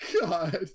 god